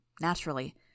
naturally